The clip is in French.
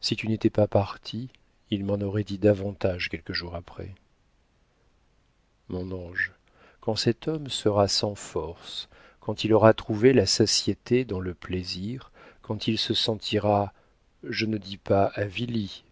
si tu n'étais pas partie il m'en aurait dit davantage quelques jours après mon ange quand cet homme sera sans forces quand il aura trouvé la satiété dans le plaisir quand il se sentira je ne dis pas avili